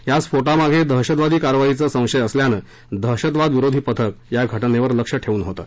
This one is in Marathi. या स्फोटामागे दहशतवादी कारवाईचा संशय असल्यानं दहशतवादविरोधी पथक या घटनेवर लक्ष ठेवून होतं